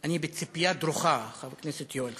אני בציפייה דרוכה, חבר הכנסת יואל חסון.